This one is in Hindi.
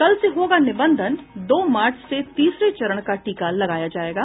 कल से होगा निबंधन दो मार्च से तीसरे चरण का टीका लगाया जायेगा